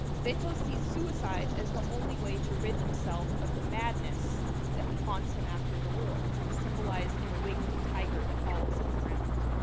beto sees suicide as the only way to rid himself of the madness that haunts him after the war, symbolized in a winged tiger that follows him around.